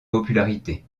popularité